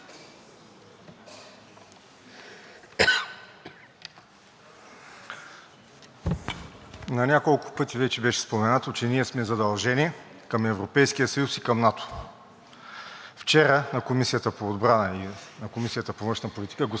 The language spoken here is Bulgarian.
вече беше споменато, че ние сме задължени към Европейския съюз и към НАТО. Вчера на Комисията по отбрана и на Комисията по външна политика господин външният министър каза, че НАТО по никакъв начин не се ангажира с военния конфликт в Северното Причерноморие.